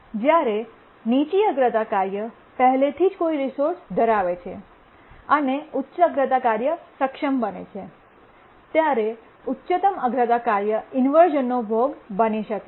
જ્યારે નીચી અગ્રતા કાર્ય પહેલેથી જ કોઈ રિસોર્સ ધરાવે છે અને ઉચ્ચ અગ્રતા કાર્ય સક્ષમ બને છે ત્યારે ઉચ્ચતમ અગ્રતા કાર્ય ઇન્વર્શ઼નનો ભોગ બની શકે છે